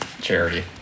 charity